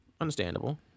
understandable